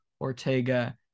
Ortega